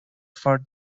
for